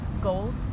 gold